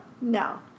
No